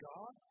God